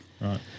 right